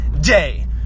day